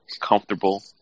comfortable